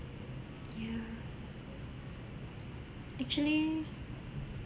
ya actually